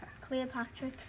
Cleopatra